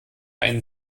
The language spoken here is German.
einen